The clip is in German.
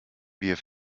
wir